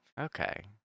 Okay